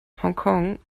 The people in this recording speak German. hongkong